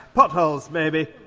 potholes, maybe.